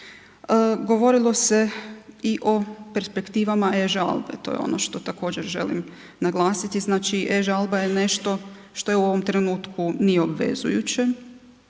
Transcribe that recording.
Govorilo se i o perspektivama e-žalbe, to je ono što također želim naglasiti, znači e-žalba je nešto što u ovom trenutku nije obvezujuće